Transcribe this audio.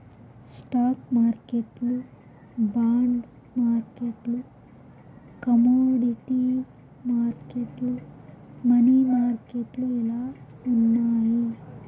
stock మార్కెట్లు bond మార్కెట్లు commodity మార్కెట్లు, మనీ మార్కెట్లు ఇలా ఉన్నాయి